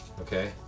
Okay